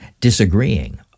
disagreeing